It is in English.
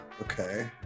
Okay